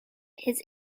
his